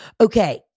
Okay